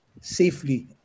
safely